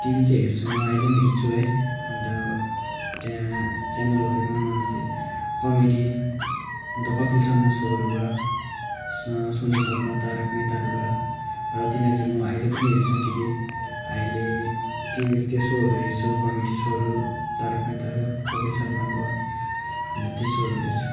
TV चाहिँ हेर्छु म अहिले पनि हेर्छु है अन्त त्यहाँ च्यानलभरिमा मलाई चाहिँ कमेडी द कपिल शर्मा सोहरू भयो सोनी सबमा तारक मेहताहरू भयो र तिनीहरू चाहिँ म अहिले पनि हेर्छु टिभी अहिले टिभीहरू त्यो सोहरू हेर्छु कमेडी सोहरू तारक मेहताहरू कपिल शर्मा भयो अन्त त्यही सोहरू हेर्छु